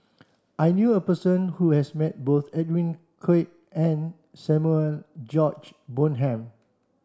I knew a person who has met both Edwin Koek and Samuel George Bonham